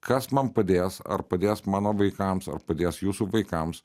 kas man padės ar padės mano vaikams ar padės jūsų vaikams